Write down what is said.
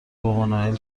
بابانوئل